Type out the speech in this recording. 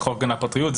לחוק הגנת הפרטיות,